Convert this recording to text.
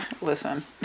Listen